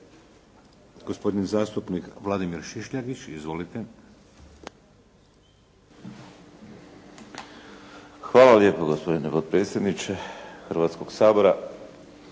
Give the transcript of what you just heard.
Hvala lijepo gospodine potpredsjedniče Hrvatskog sabora.